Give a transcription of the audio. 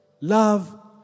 love